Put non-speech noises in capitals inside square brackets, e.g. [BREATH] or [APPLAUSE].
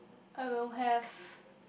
I will have [BREATH]